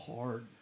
hard